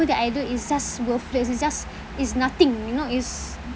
that I do is just worthless it's just it's nothing you know it's